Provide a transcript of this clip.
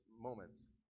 moments